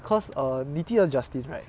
because err 你记得 justin right